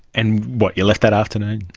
and what, you left that afternoon?